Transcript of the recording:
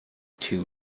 two